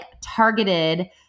targeted